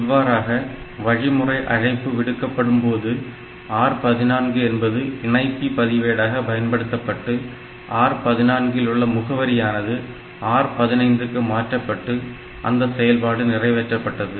இவ்வாறாக வழிமுறை அழைப்பு விடுக்கப்பட்ட போது R 14 என்பது இணைப்பி பதிவேடாக பயன்படுத்தப்பட்டு R 14 இல் உள்ள முகவரியானது R 15 க்கு மாற்றப்பட்டு அந்த செயல்பாடு நிறைவேற்றப்பட்டது